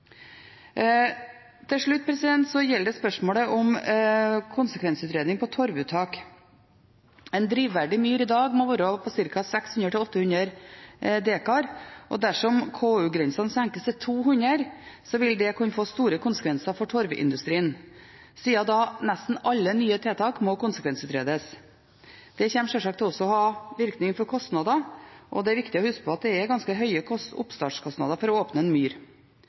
Til slutt gjelder det spørsmålet om konsekvensutredning for torvuttak. En drivverdig myr i dag må være på ca. 600–800 dekar, og dersom KU-grensene senkes til 200, vil det kunne få store konsekvenser for torvindustrien, siden nesten alle nye tiltak må konsekvensutredes. Det kommer sjølsagt også til å ha virkning for kostnader, og det er viktig å huske på at det er ganske høye oppstartskostnader for å åpne en myr.